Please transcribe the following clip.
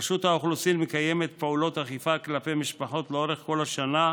רשות האוכלוסין מקיימת פעולות אכיפה כלפי משפחות לאורך כל השנה,